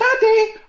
Daddy